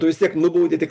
tu vis tiek nubaudi tik